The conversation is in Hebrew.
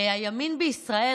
הימין בישראל,